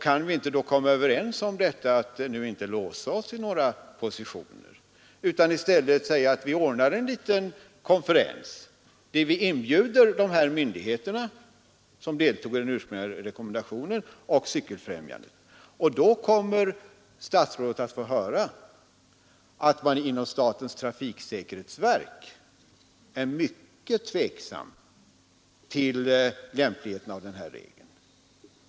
Kan vi då inte komma överens om att inte nu låsa oss i några positioner utan i stället säga att statsrådet ordnar en liten konferens dit han inbjuder de myndigheter som deltagit i den ursprungliga rekommendationen och Cykeloch mopedfrämjandet? Då kommer statsrådet t.ex. att få höra att man inom statens trafiksäkerhetsverk är mycket tveksam till lämpligheten av denna regel.